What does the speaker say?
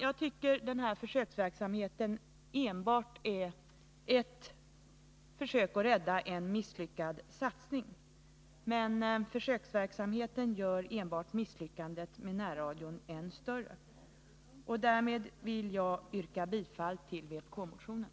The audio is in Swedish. Jag tycker att den här försöksverksamheten enbart är ett försök att rädda en misslyckad satsning, men försöksverksamheten gör misslyckandet med närradion än större. Därmed vill jag yrka bifall till vpk-motionen.